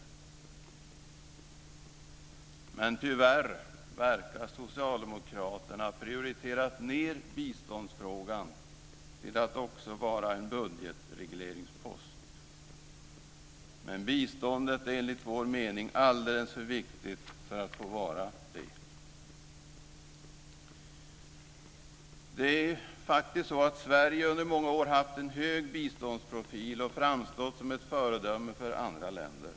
Tyvärr verkar socialdemokraterna ha prioriterat ned biståndsfrågan till att också vara en budgetregleringspost. Men biståndet är enligt vår mening alldeles för viktigt för att få vara det. Det är faktiskt så att Sverige i många år har haft en hög biståndsprofil och framstått som ett föredöme för andra länder.